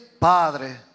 Padre